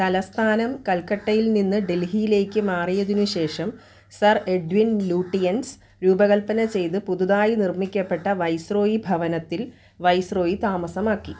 തലസ്ഥാനം കൽക്കട്ടയിൽ നിന്ന് ഡൽഹിയിലേക്ക് മാറിയതിനു ശേഷം സർ എഡ്വിൻ ലൂട്ടിയൻസ് രൂ പകൽപ്പന ചെയ്തു പുതുതായി നിർമ്മിക്കപ്പെട്ട വൈസ്രോയി ഭവനത്തിൽ വൈസ്രോയി താമസമാക്കി